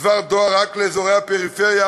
דבר דואר רק לאזורי הפריפריה,